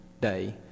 Day